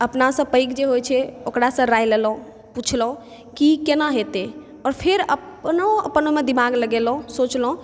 अपनासँ पैघ जे होइ छै ओकरासँ राय लेलहुँ पुछलहुँ कि केना हेतै आओर फेर अपनो अपन ओहिमे दिमाग लगेलहुँ सोचलहुँ